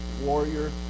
warrior